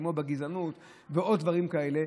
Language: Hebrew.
כמו בגזענות ועוד דברים כאלה.